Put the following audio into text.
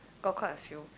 got quite a few